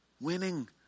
Winning